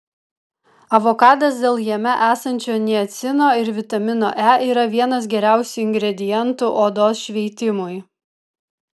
avokadas dėl jame esančio niacino ir vitamino e yra vienas geriausių ingredientų odos šveitimui